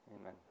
Amen